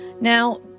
Now